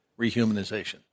rehumanization